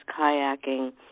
kayaking